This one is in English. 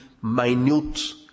minute